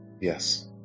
yes